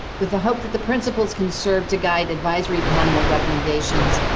with the hope that the principles conserved to guide advisory panel recommendations,